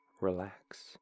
relax